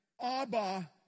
Abba